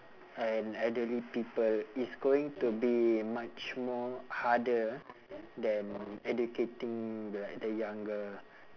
an elderly people it's going to be much more harder than educating the like the younger